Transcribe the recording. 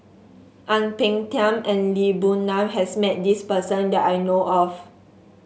Ang Peng Tiam and Lee Boon Ngan has met this person that I know of